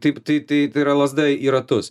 taip tai tai tai yra lazda į ratus